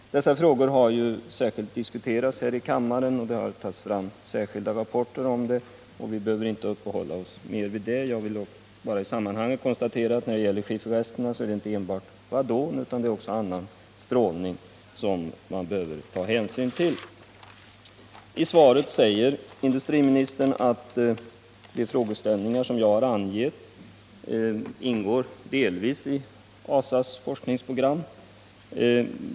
Dessa frågor har särskilt diskuterats här i kammaren, och det har tagits fram rapporter. Vi behöver inte uppehålla oss mer vid detta. Jag vill bara isammanhanget konstatera att när det gäller skifferresterna är det inte enbart radon utan också annan strålning som man har att ta hänsyn till. I svaret säger industriministern att de frågeställningar som jag har angett delvis ingår i ASA:s forskningsprogram.